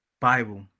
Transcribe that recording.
Bible